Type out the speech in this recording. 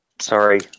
sorry